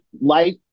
life